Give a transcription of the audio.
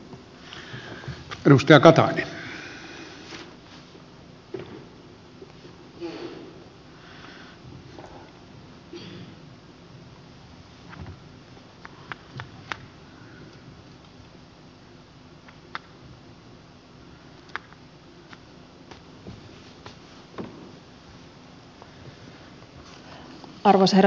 arvoisa herra puhemies